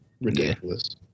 Ridiculous